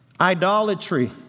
idolatry